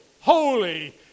holy